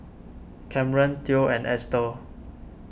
Camren theo and Ester